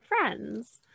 friends